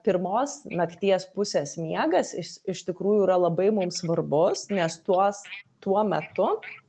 pirmos nakties pusės miegas is iš tikrųjų yra labai mums svarbus nes tuos tuo metu